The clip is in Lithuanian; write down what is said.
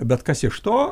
bet kas iš to